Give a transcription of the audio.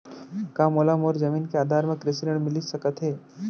का मोला मोर जमीन के आधार म कृषि ऋण मिलिस सकत हे?